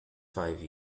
five